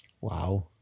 Wow